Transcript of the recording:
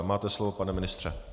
Máte slovo, pane ministře.